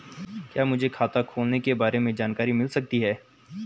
क्या मुझे खाते खोलने के बारे में जानकारी मिल सकती है?